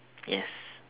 yes